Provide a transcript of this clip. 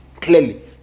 clearly